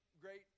great